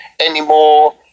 anymore